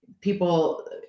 people